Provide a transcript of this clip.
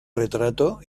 retrato